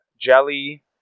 jelly